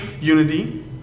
unity